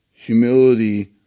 Humility